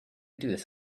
this